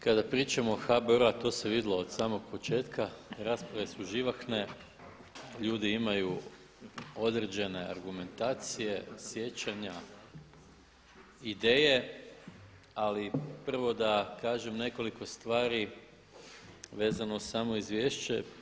Kada pričamo o HBOR-u a to se vidjelo od samog početka, rasprave su živahne, ljudi imaju određene argumentacije, sjećanja, ideje, ali prvo da kažem nekoliko stvari vezano uz samo izvješće.